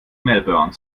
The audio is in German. melbourne